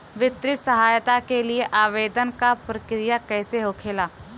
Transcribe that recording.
वित्तीय सहायता के लिए आवेदन क प्रक्रिया कैसे होखेला?